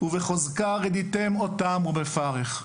ובחוזקה רדיתם אותם ובפרך״.